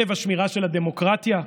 "כלב השמירה של הדמוקרטיה"